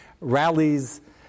rallies